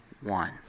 one